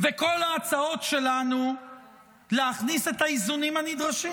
וכל ההצעות שלנו להכניס את האיזונים הנדרשים,